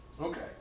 Okay